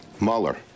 Mueller